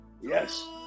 yes